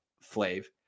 flave